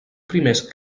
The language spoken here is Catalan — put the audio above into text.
primers